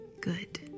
good